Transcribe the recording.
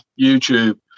YouTube